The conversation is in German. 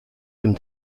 dem